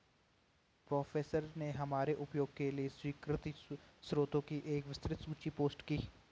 professor ने हमारे उपयोग के लिए स्वीकृत स्रोतों की एक विस्तृत सूची पोस्ट की